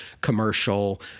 commercial